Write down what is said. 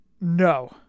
no